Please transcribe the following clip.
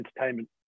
entertainment